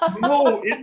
No